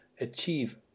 achieve